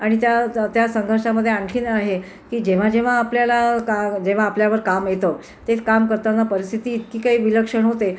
आणि त्या त्या संघर्षामध्ये आणखीन आहे की जेव्हा जेव्हा आपल्याला का जेव्हा आपल्यावर काम येतं ते काम करताना परिस्थिती इतकी काही विलक्षण होते